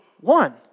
one